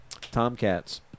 Tomcats